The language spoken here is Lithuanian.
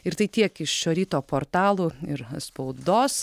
ir tai tiek iš šio ryto portalų ir spaudos